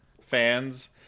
fans